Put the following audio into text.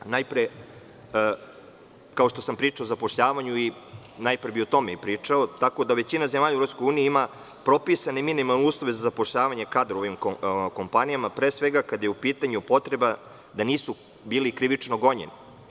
Najpre, kao što sam pričao o zapošljavaju i najpre bi o tome pričao, tako da većina zemalja u EU ima propisane minimalne uslove za zapošljavanje kadrova u ovim kompanijama, pre svega kada je u pitanju potreba da nisu bili krivično gonjeni.